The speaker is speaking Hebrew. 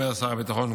אומר שר הביטחון,